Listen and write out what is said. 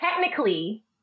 technically